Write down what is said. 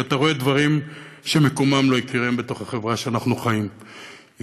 כי אתה רואה דברים שמקומם לא יכירם בתוך החברה שאנחנו חיים בה.